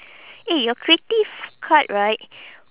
eh your creative card right